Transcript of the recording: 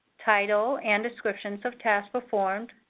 title, and descriptions of task performed.